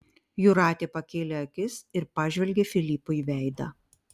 jūratė pakėlė akis ir pažvelgė filipui veidą